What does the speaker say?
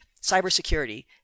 cybersecurity